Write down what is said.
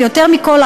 ויותר מכול,